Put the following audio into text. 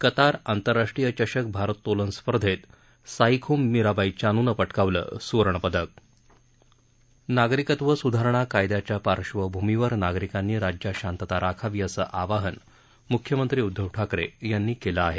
Qatar आंतरराष्ट्रीय चषक भारोतोलन स्पर्धत साईखोम मीराबाई चानूनं पटकावलं सुवर्णपदक नागरिकत्व सुधारणा कायदयाच्या पार्श्वभूमीवर नागरिकांनी राज्यात शांतता राखावी असं आवाहन मृख्यमंत्री उद्धव ठाकरे यांनी केलं आहे